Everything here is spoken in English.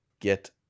get